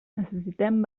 necessitem